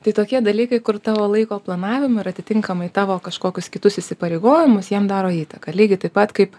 tai tokie dalykai kur tavo laiko planavimo ir atitinkamai tavo kažkokius kitus įsipareigojimus jiem daro įtaką lygiai taip pat kaip